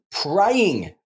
praying